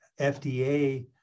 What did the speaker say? FDA